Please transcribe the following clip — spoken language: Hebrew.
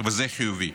וזה חיובי.